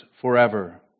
forever